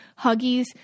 huggies